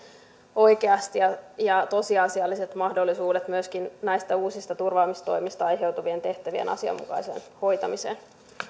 oikeasti tosiasialliset mahdollisuudet myöskin näistä uusista turvaamistoimista aiheutuvien tehtävien asianmukaiseen hoitamiseen